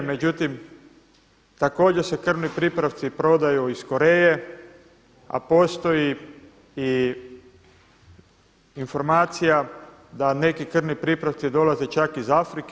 Međutim, također se krvni pripravci prodaju iz Koreje, a postoji i informacija da neki krvni pripravci dolaze čak iz Afrike.